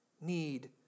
need